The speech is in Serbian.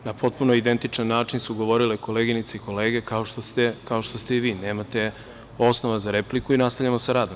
Na potpuno identičan način su govorile koleginice i kolege kao što ste i vi, nemate osnova za repliku i nastavljamo sa radom.